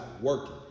working